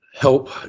help